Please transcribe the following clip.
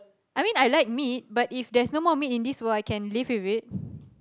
I mean I like meat but if there's no more meat in this world I can live with it